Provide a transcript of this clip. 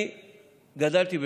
אני גדלתי,